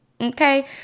Okay